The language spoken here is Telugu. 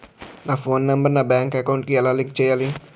నా ఫోన్ నంబర్ నా బ్యాంక్ అకౌంట్ కి ఎలా లింక్ చేయాలి?